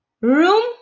Room